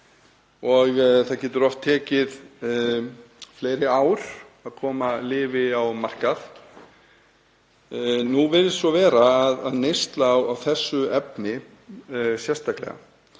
og það getur oft tekið fleiri ár að koma lyfi á markað. Nú virðist svo vera að neysla á þessu efni sé